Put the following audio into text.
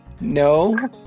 No